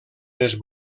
les